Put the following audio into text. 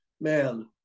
man